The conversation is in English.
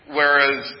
whereas